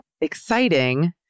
exciting